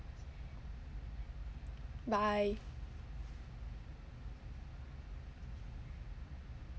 bye